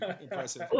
impressive